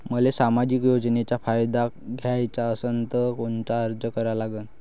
मले सामाजिक योजनेचा फायदा घ्याचा असन त कोनता अर्ज करा लागन?